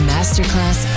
Masterclass